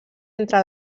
entre